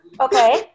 okay